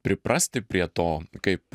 priprasti prie to kaip